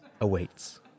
awaits